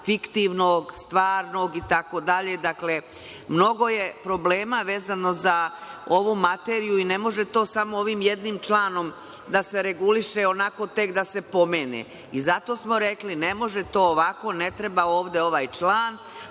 fiktivnog, stvarnog itd? Mnogo je problema vezano za ovu materiju i ne može to samo ovim jednim članom da se reguliše onako tek da se pomene. Zato smo rekli da ne može to ovako, ne treba ovde ovaj član,